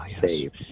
saves